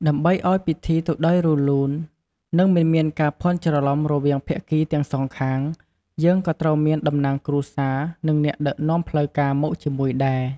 ដើម្បីអោយពិធីទៅដោយរលួន និងមិនមានការភាន់ច្រលំរវាងភាគីទាំងសងខាង យើងក៏ត្រូវមានតំណាងគ្រួសារ និងអ្នកដឹកនាំផ្លូវការមកជាមួយដែរ។